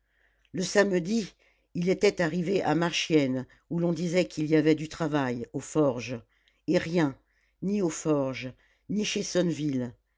le samedi il était arrivé à marchiennes où l'on disait qu'il y avait du travail aux forges et rien ni aux forges ni